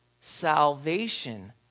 salvation